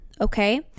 okay